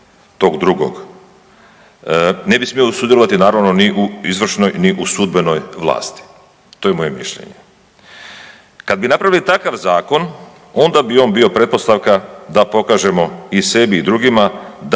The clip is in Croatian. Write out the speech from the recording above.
Ne bi smio sudjelovati naravno ni u izvršnoj ni u sudbenoj vlasti. To je moje mišljenje. Kad bi napravili takav zakon onda bi on bio pretpostavka da pokažemo i sebi i drugima da